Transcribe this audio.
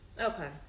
okay